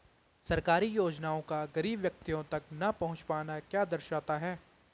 सरकारी योजनाओं का गरीब व्यक्तियों तक न पहुँच पाना क्या दर्शाता है?